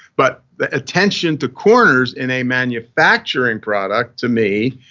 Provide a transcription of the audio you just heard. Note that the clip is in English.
but the attention to corners in a manufacturing product, to me,